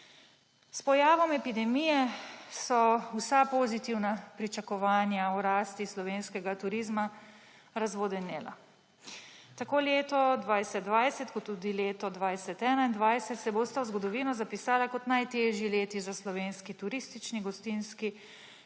S pojavom epidemije so vsa pozitivna pričakovanja v rasti slovenskega turizma razvodenela. Tako leto 2020 kot tudi leto 2021 se bosta v zgodovino zapisala kot najtežji leti za slovenski turistični,